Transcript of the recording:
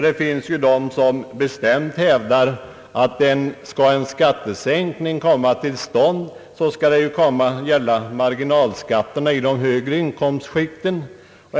Det finns ju också de som bestämt hävdar att om en skattesänkning skall komma till stånd så skall den gälla marginalskatterna i de högre inkomstskikten.